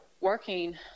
Working